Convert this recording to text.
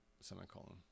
semicolon